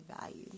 values